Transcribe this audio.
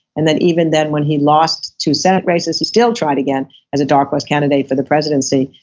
and then even then when he lost to senate races, he still tried again as a dark horse candidate for the presidency.